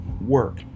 Work